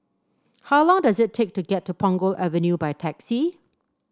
how long does it take to get to Punggol Avenue by taxi